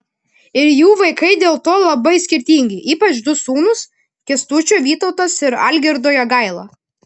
ir jų vaikai dėl to labai skirtingi ypač du sūnūs kęstučio vytautas ir algirdo jogaila